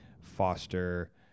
foster